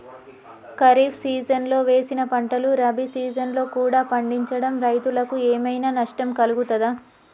ఖరీఫ్ సీజన్లో వేసిన పంటలు రబీ సీజన్లో కూడా పండించడం రైతులకు ఏమైనా నష్టం కలుగుతదా?